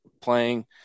playing